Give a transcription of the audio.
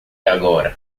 agora